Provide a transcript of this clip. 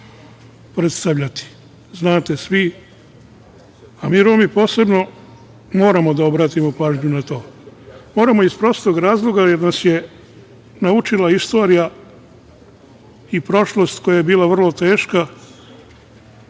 predstavljati. Znate svi, a mi Romi posebno moramo da obratimo pažnju na to. Moramo iz prostog razloga, jer nas je naučila istorija i prošlost koja je bila vrlo teška,